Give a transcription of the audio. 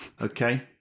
Okay